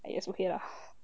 I just okay lah